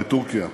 בטורקיה,